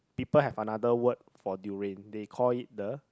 people have another word for durian they call it the